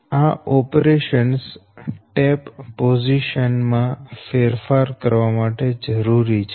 આ operations tape position માં ફેરફાર કરવા માટે જરૂરી છે